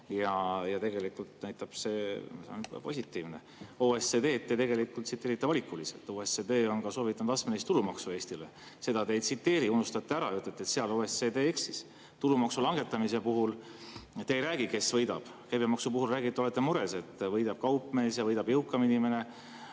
Ja tegelikult näitab see, see on positiivne. OECD-d te tsiteerite valikuliselt. OECD on Eestile soovitanud ka astmelist tulumaksu. Seda te ei tsiteeri, unustate ära ja ütlete, et seal OECD eksis. Tulumaksu langetamise puhul te ei räägi, kes võidab. Käibemaksu puhul räägite, et olete mures, et võidab kaupmees ja võidab jõukam inimene.